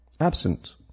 Absent